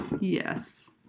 Yes